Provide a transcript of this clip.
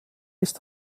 ist